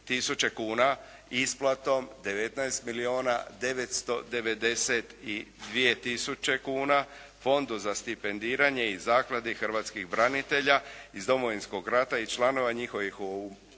isplatom 19 milijuna 992 tisuće kuna Fondu za stipendiranje i zakladi hrvatskih branitelja iz Domovinskog rata i članova njihovi